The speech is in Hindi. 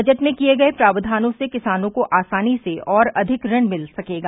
बजट में किये गये प्रावधानों से किसानों को आसानी से और अधिक ऋण मिल सकेगा